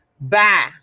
Bye